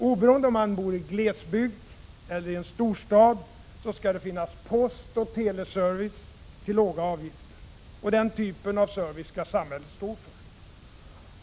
Oavsett om man bor i glesbygd eller i storstad skall det finnas postoch teleservice till låga avgifter. Den typen av service skall samhället stå för.